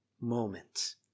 moment